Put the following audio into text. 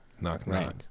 Knock-knock